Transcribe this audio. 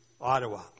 Ottawa